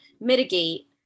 mitigate